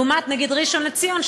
לעומת נגיד בראשון לציון,